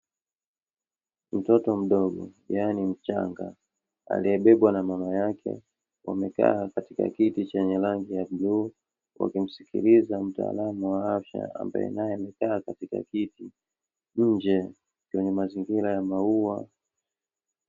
Mtoto mdogo yaani, mchanga aliyebebwa na mama yake, wamekaa katika kiti chenye rangi ya bluu, wakimsikiliza mtaalamu wa afya ambaye naye amekaa katika kiti nje kwenye mazingira ya maua.